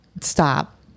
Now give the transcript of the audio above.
Stop